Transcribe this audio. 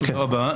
תודה רבה.